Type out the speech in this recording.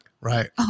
right